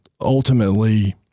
ultimately